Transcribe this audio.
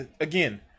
Again